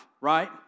right